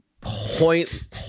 point